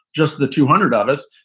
just the two hundred of us,